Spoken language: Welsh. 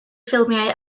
ffilmiau